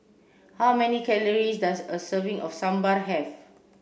how many calories does a serving of Sambar have